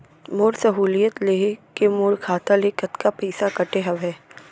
मोर सहुलियत लेहे के मोर खाता ले कतका पइसा कटे हवये?